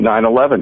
9-11